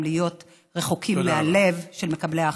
גם להיות רחוקים מהלב של מקבלי ההחלטות.